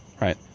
right